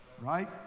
Right